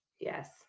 yes